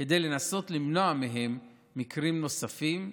כדי לנסות למנוע מקרים נוספים,